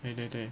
对对对